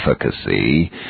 efficacy